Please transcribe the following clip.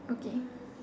okay